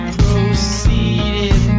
proceeded